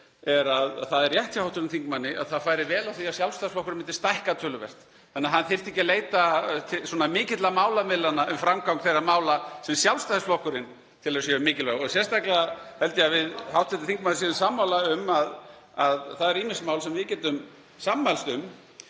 er að það er rétt hjá hv. þingmanni að það færi vel á því að Sjálfstæðisflokkurinn myndi stækka töluvert þannig að hann þyrfti ekki að leita mikilla málamiðlana um framgang þeirra mála sem Sjálfstæðisflokkurinn telur að séu mikilvæg. Sérstaklega held ég að við hv. þingmaður séum sammála um að það eru ýmis mál sem við getum sammælst um.